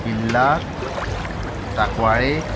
Birla Sancoale